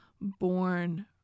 born